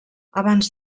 abans